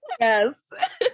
Yes